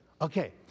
Okay